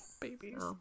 babies